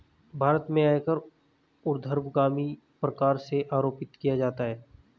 भारत में आयकर ऊर्ध्वगामी प्रकार से आरोपित किया जाता है